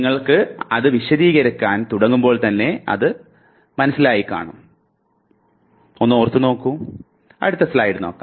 നിങ്ങൾ അത് വിശദീകരിക്കാൻ തുടങ്ങുമ്പോൾ തന്നെ അത് ഓർത്തെടുക്കുന്നു